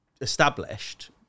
established